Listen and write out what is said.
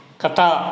Kata